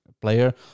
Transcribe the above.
player